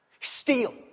Steal